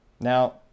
Now